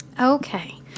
Okay